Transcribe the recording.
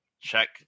Check